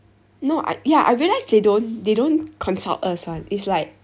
no I ya I realised they don't they don't consult us [one] it's like